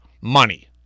money